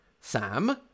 Sam